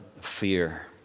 fear